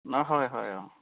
অঁ হয় হয় অঁ